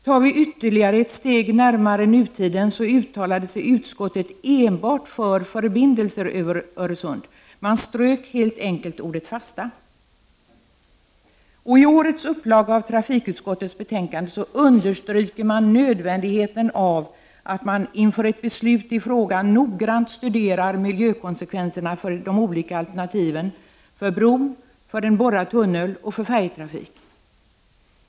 Tar vi ytterligare ett steg närmare nutiden, så uttalar sig utskottet enbart för förbindelser över Öresund. Man strök helt enkelt ordet ”fasta”. Och i årets upplaga av trafikutskottets betänkande understryks nödvändigheten av att man inför ett beslut i frågan noggrant studerar miljökonsekvenserna av de olika alternativen — av bron, av en borrad tunnel och av färjetrafik.